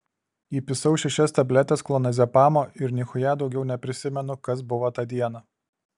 įpisau šešias tabletes klonazepamo ir nichuja daugiau neprisimenu kas buvo tą dieną